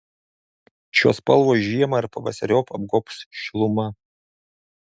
šios spalvos žiemą ir pavasariop apgobs šiluma